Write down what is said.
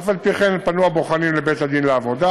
אף-על-פי-כן פנו הבוחנים לבית-הדין לעבודה